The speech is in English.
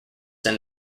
than